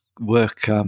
work